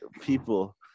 people